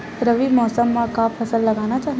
रबी मौसम म का फसल लगाना चहिए?